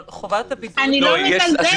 אבל חובת הבידוד --- אני לא מזלזלת,